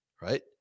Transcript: right